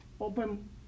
open